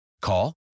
Call